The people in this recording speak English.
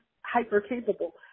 hyper-capable